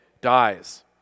dies